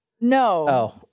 No